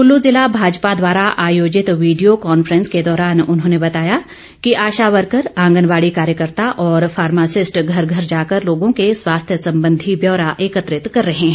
कुल्लू जिला भाजपा द्वारा आयोजित वीडियो कांफ्रेंस के दौरान उन्होंने बताया कि आशा वर्कर आंगनबाड़ी कार्यकर्ता और फार्मासिस्ट घर घर जाकर लोगों के स्वास्थ्य संबंधी व्यौरा एकत्रित कर रहे हैं